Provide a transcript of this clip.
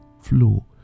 flow